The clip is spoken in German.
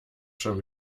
schon